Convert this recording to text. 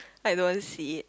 I don't see it